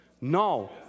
No